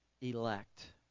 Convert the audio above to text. elect